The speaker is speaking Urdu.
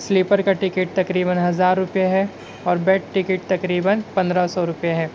سلیپر کا ٹکٹ تقریباً ہزار روپئے ہے اور بیڈ ٹکٹ تقریباً پندرہ سو روپئے ہے